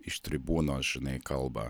iš tribūnos žinai kalba